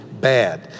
bad